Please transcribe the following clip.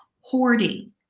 hoarding